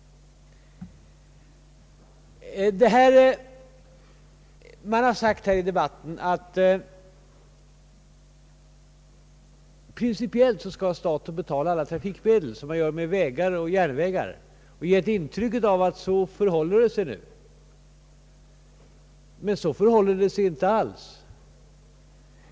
Det har under debatten framhållits, att staten principiellt skall betala alla trafikmedel på samma sätt som gäller för vägar och järnvägar, och man har givit intrycket att det nu förhåller sig så. Men så förhåller det sig inte alls!